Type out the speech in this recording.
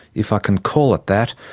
if i can call it that,